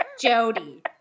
Jody